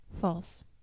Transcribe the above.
False